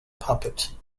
puppet